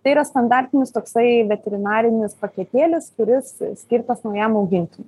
tai yra standartinis toksai veterinarinis paketėlis kuris skirtas naujam augintiniui